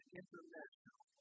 international